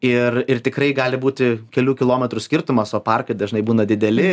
ir tikrai gali būti kelių kilometrų skirtumas o parkai dažnai būna dideli ir tos